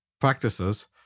practices